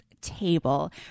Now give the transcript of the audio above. table